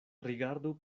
rigardu